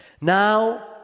Now